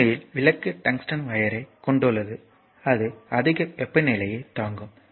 உண்மையில் விளக்கு டங்ஸ்டன் வையர்யைக் கொண்டுள்ளது அது அதிக வெப்பநிலையைத் தாங்கும்